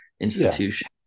institutions